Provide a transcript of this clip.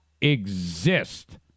exist